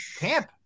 camp